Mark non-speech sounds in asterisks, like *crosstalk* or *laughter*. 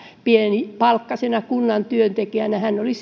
pienipalkkaisena kunnan työntekijänä hän oli *unintelligible*